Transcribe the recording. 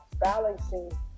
balancing